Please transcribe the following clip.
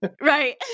Right